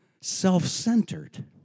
self-centered